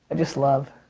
just love.